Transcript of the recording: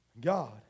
God